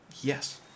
Yes